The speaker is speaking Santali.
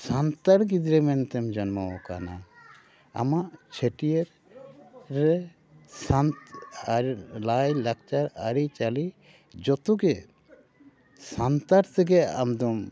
ᱥᱟᱱᱛᱟᱲ ᱜᱤᱫᱽᱨᱟᱹ ᱢᱮᱱᱛᱮᱢ ᱡᱚᱱᱢᱚ ᱟᱠᱟᱱᱟ ᱟᱢᱟᱜ ᱪᱷᱟᱹᱴᱭᱟᱹᱨ ᱥᱮ ᱞᱟᱭ ᱞᱟᱠᱪᱟᱨ ᱟᱹᱨᱤ ᱪᱟᱹᱞᱤ ᱡᱚᱛᱚ ᱜᱮ ᱥᱟᱱᱛᱟᱲ ᱛᱮᱜᱟ ᱟᱢ ᱫᱚᱢ